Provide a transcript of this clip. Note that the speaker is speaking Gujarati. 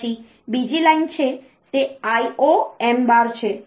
પછી બીજી લાઇન છે તે IOM છે